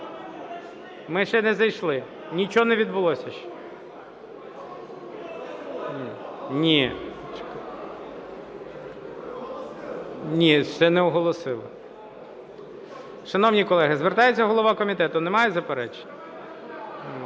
Ми ще на зайшли, нічого не відбулося ще, ні. Ні, ще не оголосили. Шановні колеги, звертається голова комітету. Немає заперечень? Немає.